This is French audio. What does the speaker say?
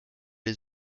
les